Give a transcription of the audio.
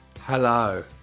Hello